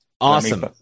Awesome